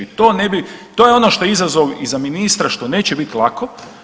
I to ne bi, to je ono što je izazov i za ministra što neće biti lako.